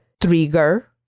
trigger